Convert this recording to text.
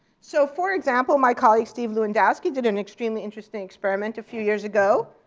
so for example, my colleague steve lewandowski did an extremely interesting experiment a few years ago.